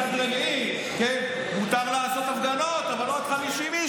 מצד רביעי מותר לעשות הפגנות אבל עד 50 איש,